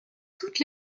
toutes